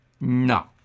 No